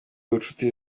bucuti